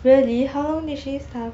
really how long did she start